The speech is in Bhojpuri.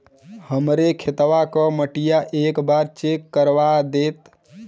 हमरे खेतवा क मटीया एक बार चेक करवा देत?